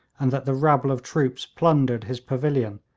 and that the rabble of troops plundered his pavilion,